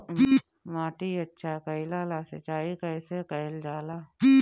माटी अच्छा कइला ला सिंचाई कइसे कइल जाला?